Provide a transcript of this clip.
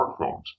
smartphones